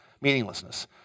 meaninglessness